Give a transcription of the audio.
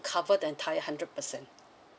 cover the entire hundred percent